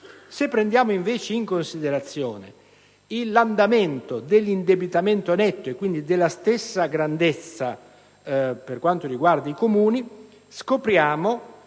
si prende in considerazione l'andamento dell'indebitamento netto e dunque della stessa grandezza per quanto riguarda i Comuni, si